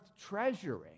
treasuring